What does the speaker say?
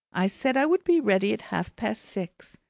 i said i would be ready at half-past six,